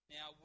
Now